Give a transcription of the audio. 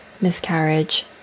miscarriage